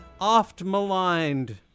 oft-maligned